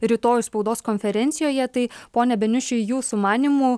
rytoj spaudos konferencijoje tai pone beniuši jūsų manymu